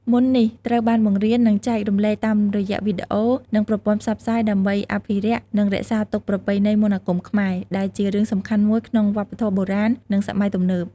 មន្តនេះត្រូវបានបង្រៀន និងចែករំលែកតាមរយៈវីដេអូ និងប្រព័ន្ធផ្សព្វផ្សាយ ដើម្បីអភិរក្ស និងរក្សាទុកប្រពៃណីមន្តអាគមខ្មែរ ដែលជារឿងសំខាន់មួយក្នុងវប្បធម៌បុរាណ និងសម័យទំនើប។